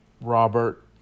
Robert